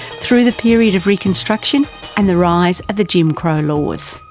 through the period of reconstruction and the rise of the jim crow laws,